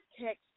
text